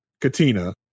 Katina